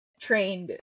trained